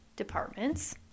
Departments